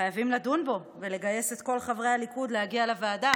חייבים לדון בו ולגייס את כל חברי הליכוד להגיע לוועדה